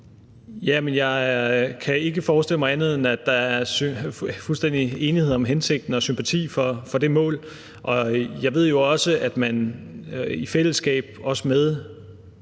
jeg kan ikke forestille mig andet, end at der er fuldstændig enighed om hensigten og om at have sympati for det mål. Og jeg ved jo også, at man i fællesskab, også med